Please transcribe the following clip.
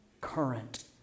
current